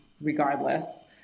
regardless